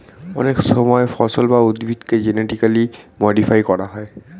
অনেক সময় ফসল বা উদ্ভিদকে জেনেটিক্যালি মডিফাই করা হয়